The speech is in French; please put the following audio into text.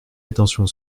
attention